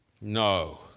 No